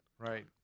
Right